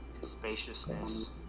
spaciousness